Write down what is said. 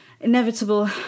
inevitable